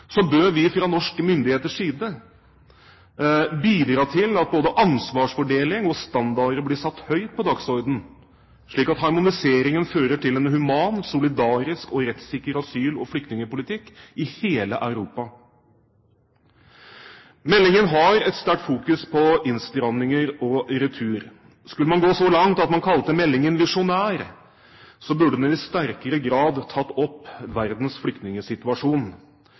bør vi fra norske myndigheters side bidra til at både ansvarsfordeling og standarder blir satt høyt på dagsordenen, slik at harmoniseringen fører til en human, solidarisk og rettssikker asyl- og flyktningpolitikk i hele Europa. Meldingen har et sterkt fokus på innstramminger og retur. Skulle man gå så langt at man kalte meldingen visjonær, burde den i sterkere grad tatt opp verdens flyktningsituasjon.